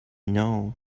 know